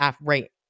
right